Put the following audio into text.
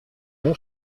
bon